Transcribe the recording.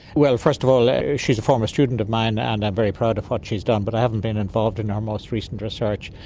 well, first of all she's a former student of mine and i'm very proud of what's she done but i haven't been involved in her most recent research.